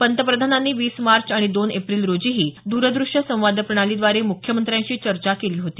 पंतप्रधानांनी वीस मार्च आणि दोन एप्रिल रोजीही दूर दृष्य संवाद प्रणालीद्वारे मुख्यमंत्र्यांशी चर्चा केली होती